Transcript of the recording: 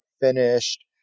finished